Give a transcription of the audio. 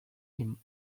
him